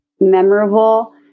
memorable